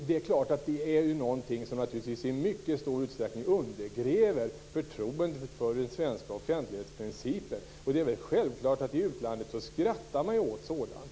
Det är naturligtvis någonting som i mycket stor utsträckning undergräver förtroendet för den svenska offentlighetsprincipen. Det är självklart att man i utlandet skrattar åt sådant.